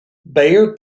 bayard